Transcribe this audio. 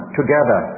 together